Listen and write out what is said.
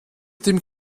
dem